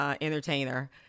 entertainer